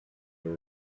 all